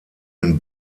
den